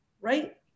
Right